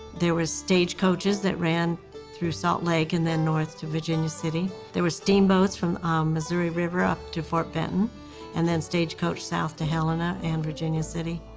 there were stage coaches that ran through salt lake and then north to virginia city, there were steamboats from missouri river up to fort benton and then stagecoach south to helena and virginia city.